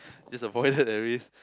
just avoided that risk